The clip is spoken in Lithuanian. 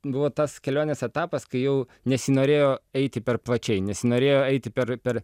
buvo tas kelionės etapas kai jau nesinorėjo eiti per plačiai nesinorėjo eiti per per